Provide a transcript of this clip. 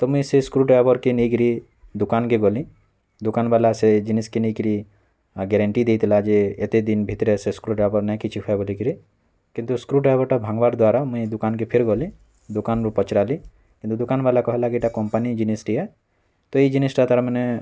ତ ମୁଇଁ ସେ ସ୍କୃ ଡ଼୍ରାଇଭର୍କେ ନେଇକରି ଦୁକାନ୍ କେ ଗଲି ଦୁକାନ୍ ଵାଲା ସେ ଜିନିଷ୍ କେ ନେଇକିରି ଗ୍ୟାରେଣ୍ଟି ଦେଇଥିଲା ଯେ ଏତେଦିନ ଭିତରେ ସେ ସ୍କୃ ଡ଼୍ରାଇଭର୍ ନାଇଁ କିଛି ହୁଏ ବୋଲିକିରି କିନ୍ତୁ ସ୍କୃ ଡ଼୍ରାଇଭର୍ଟା ଭାଙ୍ଗବାର୍ ଦ୍ଵାରା ମୁଇଁ ଦୁକାନ୍ କେ ଫିର୍ ଗଲି ଦୁକାନ୍ରୁ ପଚରାଲି କିନ୍ତୁ ଦୁକାନ୍ ଵାଲା କହିଲା କି ଏଟା କମ୍ପାନୀ ଜିନିଷ୍ଟିଏ ତ ଏଇ ଜିନିଷ୍ଟା ତାର୍ ମାନେ